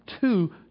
two